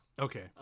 Okay